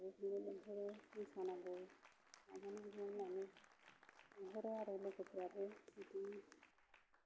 बेबायदिनो लेंहरो मोसानांगौ माबा नांगौ होन्नानै लेंहरो आरो लोगोफ्राबो बिदिनो